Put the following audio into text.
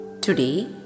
Today